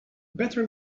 better